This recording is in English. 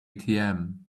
atm